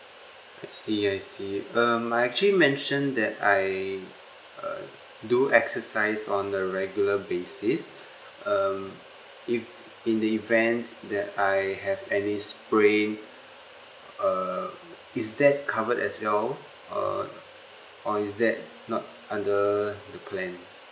I see I see um I actually mentioned that I uh do exercise on a regular basis um if in the event that I have any sprain err is that covered as well uh or is that not under the plan